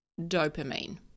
dopamine